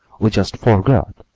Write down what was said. we just forgot,